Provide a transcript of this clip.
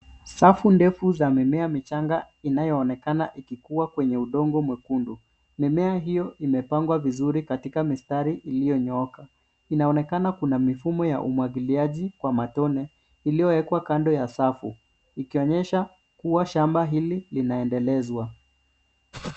Safu ndefu za mimea michanga inayoonekana ikikua kwenye udongo mwekundu .Mimea hiyo imepangwa vizuri katika mistari iliyonyooka. Inaonekana kuna mifumo ya umwangiliaji wa matone iliyowekwa kando ya safu ikionyesha kuwa shamba hili inaendelezwa.